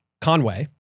Conway